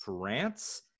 France